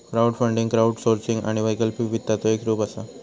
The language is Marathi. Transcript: क्राऊडफंडींग क्राऊडसोर्सिंग आणि वैकल्पिक वित्ताचा एक रूप असा